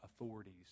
authorities